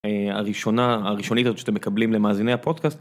הראשונה הראשונית עוד שאתם מקבלים למאזיני הפודקאסט.